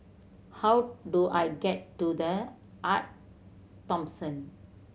how do I get to The Arte Thomson